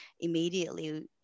immediately